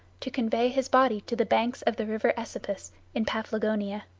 to convey his body to the banks of the river esepus in paphlagonia.